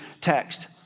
text